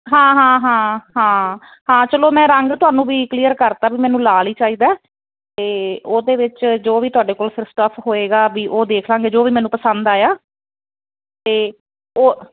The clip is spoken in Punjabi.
ਹਾਂ ਹਾਂ ਹਾਂ ਹਾਂ ਹਾਂ ਚਲੋ ਮੈਂ ਰੰਗ ਤੁਹਾਨੂੰ ਵੀ ਕਲੀਅਰ ਕਰਤਾ ਵੀ ਮੈਨੂੰ ਲਾਲ ਹੀ ਚਾਹੀਦਾ ਅਤੇ ਉਹਦੇ ਵਿੱਚ ਜੋ ਵੀ ਤੁਹਾਡੇ ਕੋਲ ਫਿਰ ਸਟੱਫ ਹੋਏਗਾ ਵੀ ਉਹ ਦੇਖ ਲਵਾਂਗੇ ਜੋ ਵੀ ਮੈਨੂੰ ਪਸੰਦ ਆਇਆ ਅਤੇ ਉਹ